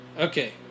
okay